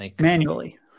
Manually